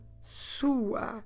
sua